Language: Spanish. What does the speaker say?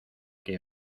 que